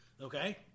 Okay